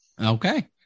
Okay